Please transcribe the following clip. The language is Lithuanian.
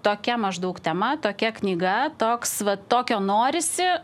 tokia maždaug tema tokia knyga toks vat tokio norisi